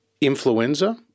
Influenza